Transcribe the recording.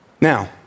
Now